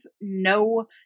no